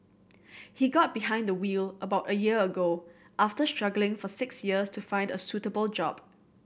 he got behind the wheel about a year ago after struggling for six years to find a suitable job